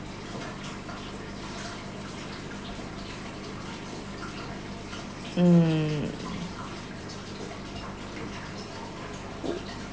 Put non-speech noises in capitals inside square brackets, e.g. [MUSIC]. mm [NOISE]